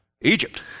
Egypt